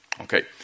Okay